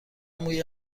موی